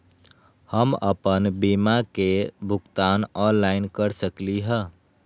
हम अपन बीमा के भुगतान ऑनलाइन कर सकली ह?